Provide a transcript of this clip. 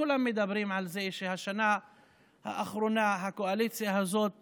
כולם מדברים על זה שבשנה האחרונה הקואליציה הזאת